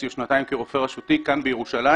או שנתיים כרופא רשותי כאן בירושלים.